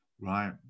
Right